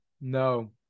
No